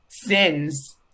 sins